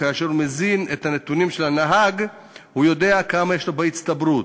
כאשר הוא מזין את הנתונים של הנהג הוא יודע כמה יש לו בהצטברות.